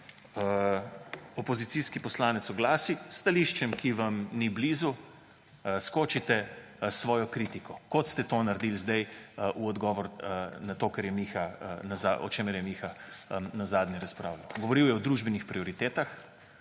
opozicijski poslanec oglasi s stališčem, ki vam ni blizu, skočite s svojo kritiko, kot ste to naredili zdaj v odgovor na to, o čemer je Miha nazadnje razpravljal. Govoril je o družbenih prioritetah;